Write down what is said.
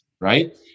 Right